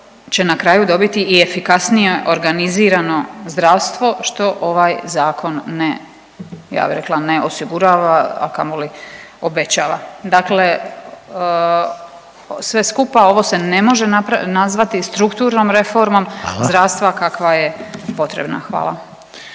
će na kraju dobiti i efikasnije organizirano zdravstvo što ovaj zakon ne, ja bih rekla ne osigurava a kamoli obećava. Dakle, sve skupa ovo se ne može nazvati strukturnom reformom zdravstva … …/Upadica Reiner: Hvala./…